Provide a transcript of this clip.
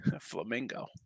Flamingo